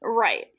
right